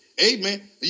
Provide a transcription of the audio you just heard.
Amen